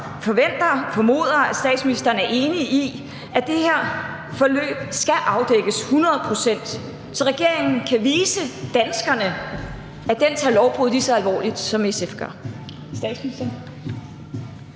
forventer og formoder derfor, at statsministeren er enig i, at det her forløb skal afdækkes hundrede procent, så regeringen kan vise danskerne, at den tager lovbrud lige så alvorligt, som SF gør.